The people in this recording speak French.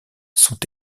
sont